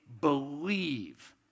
believe